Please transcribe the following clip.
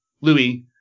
Louis